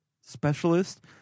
specialist